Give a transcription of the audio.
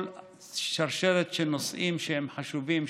שרשרת של נושאים שהם חשובים,